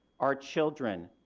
our children.